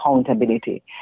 accountability